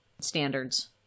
standards